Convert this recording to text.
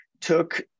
took